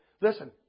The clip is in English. Listen